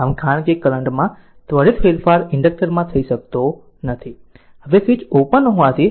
આમ કારણ કે કરંટ માં ત્વરિત ફેરફાર ઇન્ડક્ટર માં થઈ શકતો નથી હવે સ્વીચ ઓપન હોવાથી આપણે ગણતરી R eq કરીશું